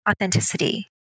authenticity